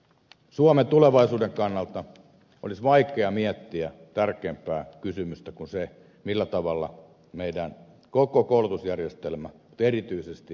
suomen tulevaisuuden kannalta olisi vaikea miettiä tärkeämpää kysymystä kuin se millä tavalla meidän koko koulutusjärjestelmämme erityisesti yliopistolaitos kehittyy